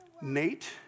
Nate